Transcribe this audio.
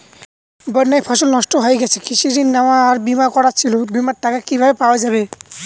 বন্যায় ফসল নষ্ট হয়ে গেছে কৃষি ঋণ নেওয়া আর বিমা করা ছিল বিমার টাকা কিভাবে পাওয়া যাবে?